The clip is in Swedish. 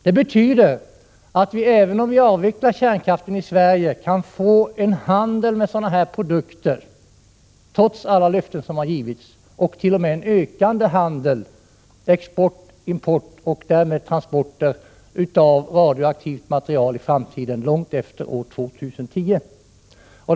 Det betyder att vi, även om vi avvecklar kärnkraften i Sverige, trots alla löften som har givits kan få en handel med sådana produkter, t.o.m. en ökande handel: export, import och därmed transporter av radioaktivt material långt efter år 2010.